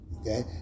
okay